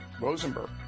Rosenberg